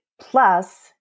Plus